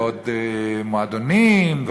ועוד מועדונים,